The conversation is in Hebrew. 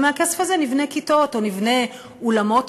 ומהכסף הזה נבנה כיתות או נבנה אולמות